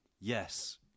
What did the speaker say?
Yes